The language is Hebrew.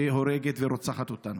שהורגת ורוצחת אותנו.